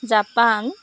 Japan